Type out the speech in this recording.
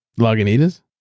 Lagunitas